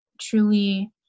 truly